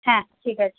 হ্যাঁ ঠিক আছে